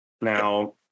Now